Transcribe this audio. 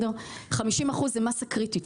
50% זו מסה קריטית.